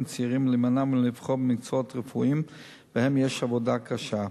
צעירים להימנע מלבחור במקצועות רפואיים שבהם יש עבודה קשה,